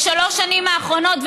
בשלוש השנים האחרונות,